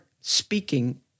speaking